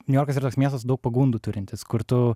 niujorkas yra toks miestas su daug pagundų turintis kur tu